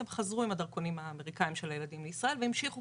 הם חזרו עם הדרכונים האמריקאים של הילדים לישראל והמשיכו